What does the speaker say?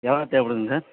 எவ்வளோ தேவைப்படுதுங்க சார்